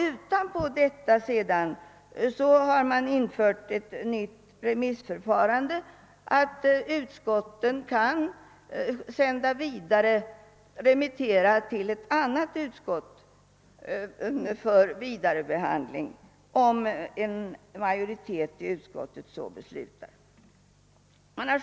Utöver detta införs ett nytt remissförfarande, som innebär att ett utskott kan remittera ett ärende till ett annat utskott för vidare behandling, om en majoritet inom utskottet så beslutar.